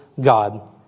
God